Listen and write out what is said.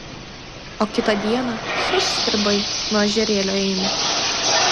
o kitą dieną šast stribai nuo ežerėlio eina